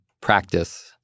practice